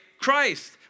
Christ